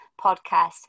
podcast